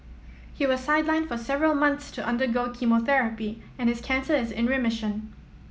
he was sidelined for several months to undergo chemotherapy and his cancer is in remission